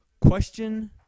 Question